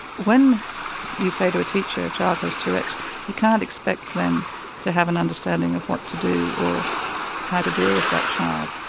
when you say to a teacher a child has tourette's you can't expect them to have an understanding of what to do or how to deal with that child.